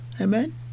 Amen